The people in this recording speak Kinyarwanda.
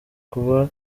kuba